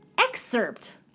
excerpt